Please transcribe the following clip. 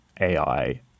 AI